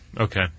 Okay